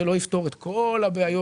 זה לא יפתור את כל הבעיות.